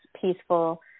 peaceful